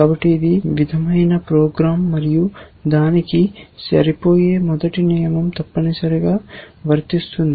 కాబట్టి ఇది విధమైన ప్రోగ్రామ్ మరియు దానికి సరిపోయే మొదటి నియమం తప్పనిసరిగా వర్తిస్తుంది